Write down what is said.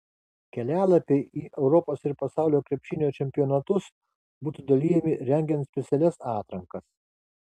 kelialapiai į europos ir pasaulio krepšinio čempionatus būtų dalijami rengiant specialias atrankas